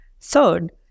Third